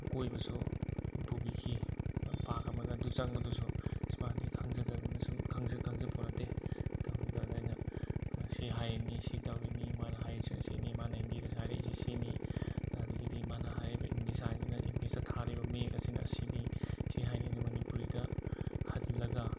ꯀꯣꯏꯕꯁꯨ ꯄꯨꯕꯤꯈꯤ ꯄꯥꯛ ꯑꯃꯗ ꯑꯗꯨ ꯆꯪꯕꯗꯁꯨ ꯏꯁ ꯃꯥꯗꯤ ꯈꯪꯖꯗꯗꯅ ꯁꯨꯝ ꯈꯪꯖꯄꯣꯠ ꯅꯠꯇꯦ ꯇꯧꯔꯤꯗꯣ ꯑꯗ ꯑꯩꯅ ꯁꯤ ꯍꯥꯏꯔꯤꯅꯤ ꯁꯤ ꯇꯧꯔꯤꯅꯤ ꯃꯥꯅ ꯍꯥꯏꯔꯤꯁꯤꯅ ꯁꯤꯅꯤ ꯃꯥꯅ ꯍꯤꯟꯗꯤꯗ ꯍꯥꯏꯔꯛꯏꯁꯤ ꯁꯤꯅꯤ ꯑꯗꯒꯤꯗꯤ ꯃꯥꯅ ꯍꯥꯏꯔꯛꯏꯕ ꯏꯪꯂꯤꯁ ꯏꯁꯇꯥꯏꯜꯁꯤꯅ ꯏꯪꯂꯤꯁꯇ ꯊꯥꯔꯤꯕ ꯃꯌꯦꯛ ꯑꯁꯤꯅ ꯑꯁꯤꯅꯤ ꯁꯤ ꯍꯥꯏꯔꯛꯏꯅꯤ ꯃꯅꯤꯄꯨꯔꯤꯗ ꯍꯜꯂꯒ